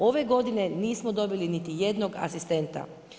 Ove godine nismo dobili niti jednog asistenta.